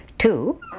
Two